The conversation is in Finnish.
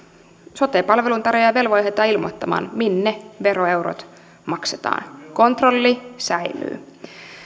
sote palveluntarjoaja velvoitetaan ilmoittamaan minne veroeurot maksetaan kontrolli säilyy